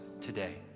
today